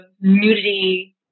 nudity